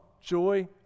joy